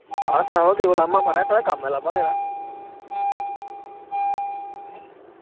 आं म्हाराज देओ लाहमां साढ़ा कम्म ऐ लाहमां देना